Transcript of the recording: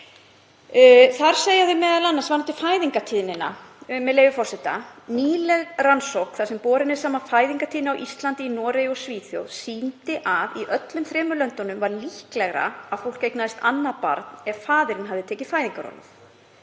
Þar segir m.a. varðandi fæðingatíðnina, með leyfi forseta: „Nýleg rannsókn þar sem borin er saman fæðingartíðni á Íslandi, í Noregi og Svíþjóð sýndi að í öllum þremur löndunum var líklegra að fólk eignaðist annað barn ef faðir hafði tekið fæðingarorlof.